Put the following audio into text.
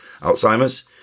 Alzheimer's